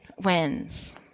wins